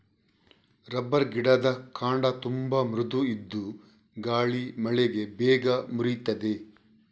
rubber ಗಿಡದ ಕಾಂಡ ತುಂಬಾ ಮೃದು ಇದ್ದು ಗಾಳಿ ಮಳೆಗೆ ಬೇಗ ಮುರೀತದೆ